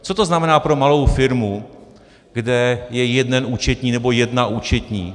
Co to znamená pro malou firmu, kde je jeden účetní nebo jedna účetní?